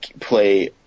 play